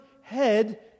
head